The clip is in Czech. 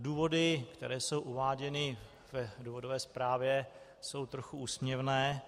Důvody, které jsou uváděny v důvodové zprávě, jsou trochu úsměvné.